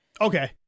Okay